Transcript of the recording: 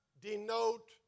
denote